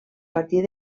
partir